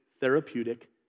therapeutic